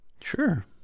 Sure